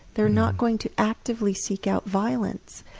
they're not going to actively seek out violence.